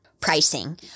pricing